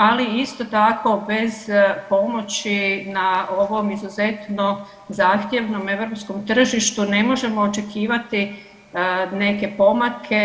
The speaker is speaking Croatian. Ali isto tako bez pomoći na ovom izuzetno zahtjevnom europskom tržištu ne možemo očekivati neke pomake.